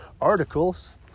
articles